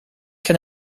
can